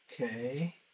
Okay